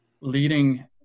leading